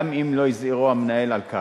גם אם לא הזהירו המנהל על כך.